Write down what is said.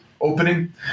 opening